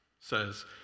says